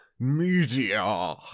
media